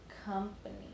company